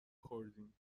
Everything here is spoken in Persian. خوردیم